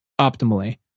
optimally